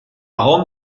rome